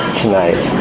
tonight